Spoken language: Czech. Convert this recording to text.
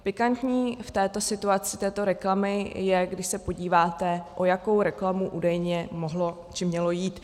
Pikantní v této situaci, této reklamy, je, když se podíváte, o jakou reklamu údajně mohlo či mělo jít.